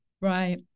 Right